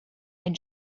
ein